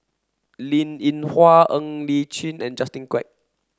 Linn In Hua Ng Li Chin and Justin Quek